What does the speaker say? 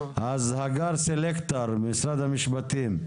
הגר סלקטר, משרד המשפטים,